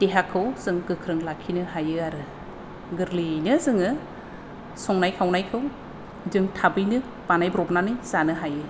देहाखौ जों गोख्रों लाखिनो हायो आरो गोरलैयैनो जोङो संनाय खावनायखौ जों थाबैनो बानायब्रबनानै जानो हायो